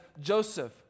Joseph